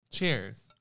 Cheers